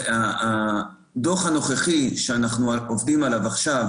הדוח הנוכחי שאנחנו עובדים עליו עכשיו